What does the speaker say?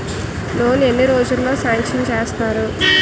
Loan ఎన్ని రోజుల్లో sanction చేస్తారు?